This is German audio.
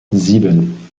sieben